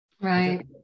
Right